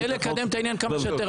כדי לקדם את העניין כמה שיותר מהר.